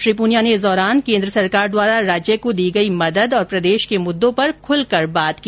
श्री पूनिया ने इस दौरान केन्द्र सरकार द्वारा राज्य को दी गई मदद और प्रदेश के मुददों पर खुलकर बात की